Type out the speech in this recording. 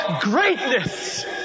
greatness